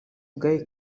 ubwayo